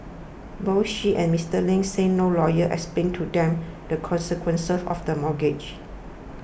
both she and Mister Ling said no lawyer explained to them the consequences of the mortgage